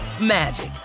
magic